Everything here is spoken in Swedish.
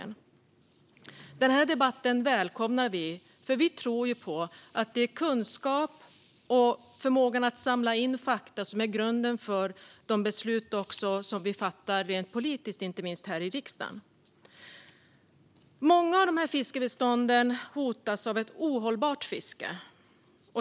Vi välkomnar denna debatt eftersom vi tror att det är kunskap och förmågan att samla in fakta som är grunden för de beslut som vi fattar rent politiskt, inte minst här i riksdagen. Många av dessa fiskbestånd hotas av ett ohållbart fiske.